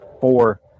four